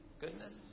goodness